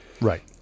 right